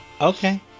Okay